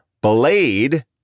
Blade